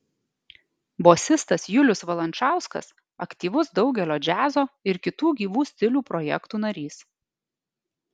bosistas julius valančauskas aktyvus daugelio džiazo ir kitų gyvų stilių projektų narys